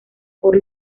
por